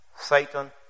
Satan